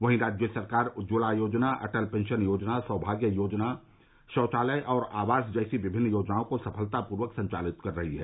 वहीं राज्य सरकार उज्जवला योजना अटल पेंशन योजना सौमाग्य योजना शौचालय आवास जैसी विभिन्न योजनाओं को सफलतापूर्वक संचालित कर रही है